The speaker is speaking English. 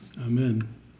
Amen